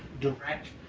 direct,